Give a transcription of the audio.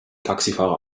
taxifahrer